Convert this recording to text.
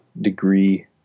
degree